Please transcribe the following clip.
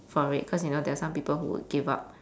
for it cause you know there are some people who would give up